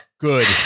good